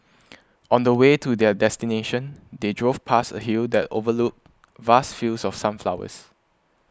on the way to their destination they drove past a hill that overlooked vast fields of sunflowers